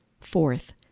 Fourth